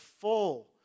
full